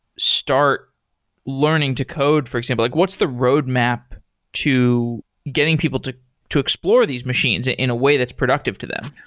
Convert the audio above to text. start learning to code, for example? like what's the road map to getting people to to explore these machines ah in a way that's productive to them?